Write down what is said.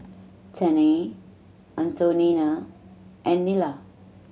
Tennie Antonina and Nila